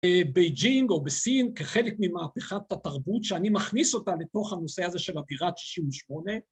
בייג'ינג או בסין כחלק ממהפכת התרבות שאני מכניס אותה לתוך הנושא הזה של אווירת שישים ושמונה.